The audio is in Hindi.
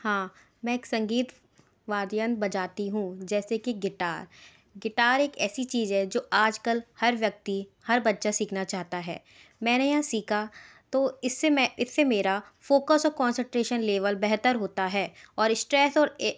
हाँ मैं एक संगीत वाद्ययंत्र बजाती हूँ जैसे कि गिटार गिटार एक ऐसी चीज है जो आजकल हर व्यक्ति हर बच्चा सीखना चाहता है मैंने यह सीखा तो इससे मैं इससे मेरा फ़ोकस और कोंसट्रेशन लेवल बेहतर होता है और स्ट्रेस और ए